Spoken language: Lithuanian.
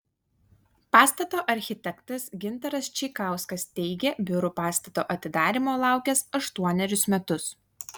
pastato architektas gintaras čeikauskas teigė biurų pastato atidarymo laukęs aštuonerius metus